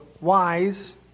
wise